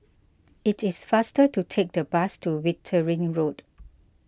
it is faster to take the bus to Wittering Road